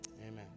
Amen